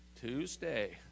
Tuesday